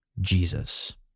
jesus